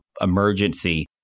emergency